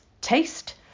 taste